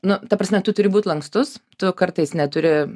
nu ta prasme tu turi būt lankstus tu kartais neturi